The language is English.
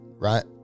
Right